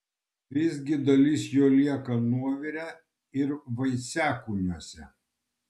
visgi dalis jo lieka nuovire ir vaisiakūniuose